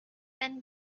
and